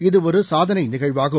இதுஒருசாதனைநிகழ்வாகும்